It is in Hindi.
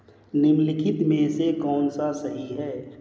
निम्नलिखित में से कौन सा सही है?